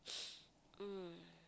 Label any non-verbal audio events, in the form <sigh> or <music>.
<noise> mm